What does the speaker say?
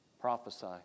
Prophesy